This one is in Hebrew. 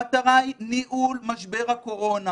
המטרה היא ניהול משבר הקורונה